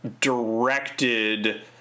directed